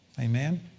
Amen